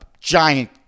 giant